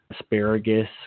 asparagus